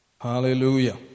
Hallelujah